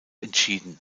entschieden